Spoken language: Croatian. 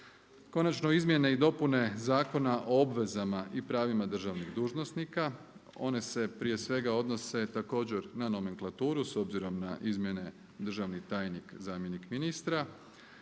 Konačno izmjene i dopune Zakona o obvezama i pravima državnih dužnosnika. One se prije svega odnose također na nomenklaturu s obzirom na izmjene državni tajnik, zamjenik ministra,